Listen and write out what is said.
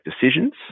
decisions